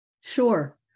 Sure